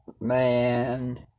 man